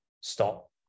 stop